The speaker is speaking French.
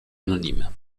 anonymes